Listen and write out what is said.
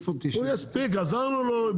תקרא את ההסתייגויות.